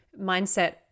mindset